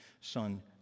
son